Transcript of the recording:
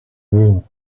wool